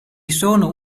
sono